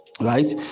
right